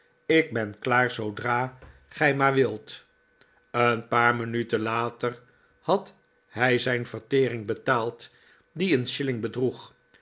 lk ben klaar zoodra gij maar wilt een paar minuten later had hij zijn vertering betaald die een shilling bedroeg